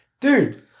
Dude